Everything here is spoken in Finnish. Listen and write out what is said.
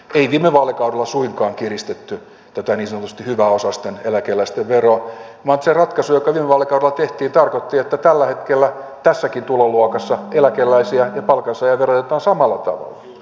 ei viime vaalikaudella suinkaan kiristetty tätä niin sanotusti hyväosaisten eläkeläisten veroa vaan se ratkaisu joka viime vaalikaudella tehtiin tarkoitti että tällä hetkellä tässäkin tuloluokassa eläkeläisiä ja palkansaajia verotetaan samalla tavalla